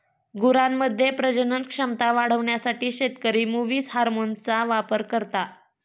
गुरांमध्ये प्रजनन क्षमता वाढवण्यासाठी शेतकरी मुवीस हार्मोनचा वापर करता